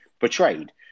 betrayed